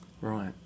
Right